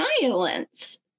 violence